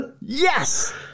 yes